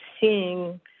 seeing